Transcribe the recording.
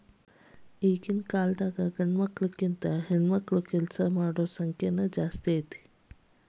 ಈಗಿನ್ಕಾಲದಾಗ್ ಗಂಡ್ಮಕ್ಳಿಗಿಂತಾ ಹೆಣ್ಮಕ್ಳ ಉದ್ಯಮಶೇಲರ ಸಂಖ್ಯೆ ಹೆಚ್ಗಿ ಐತಿ